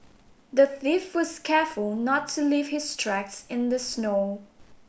the thief was careful not to leave his tracks in the snow